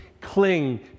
Cling